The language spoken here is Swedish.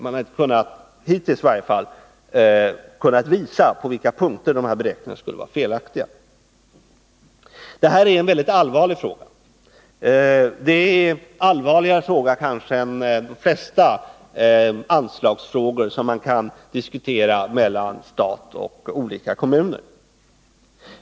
Man har i varje fall inte hittills kunnat visa på vilka punkter dessa beräkningar skulle vara felaktiga. Detta är en mycket allvarlig fråga, kanske allvarligare än de flesta anslagsfrågor som kan diskuteras mellan staten och olika kommuner.